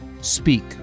Speak